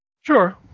Sure